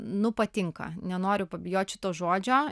nu patinka nenoriu bijot šito žodžio